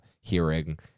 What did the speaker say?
hearing